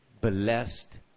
blessed